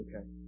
Okay